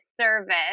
service